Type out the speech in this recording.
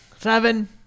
seven